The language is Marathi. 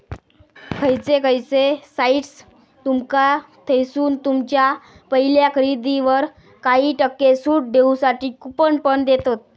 खयचे खयचे साइट्स तुमका थयसून तुमच्या पहिल्या खरेदीवर काही टक्के सूट देऊसाठी कूपन पण देतत